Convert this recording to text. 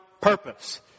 purpose